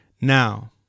now